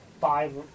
five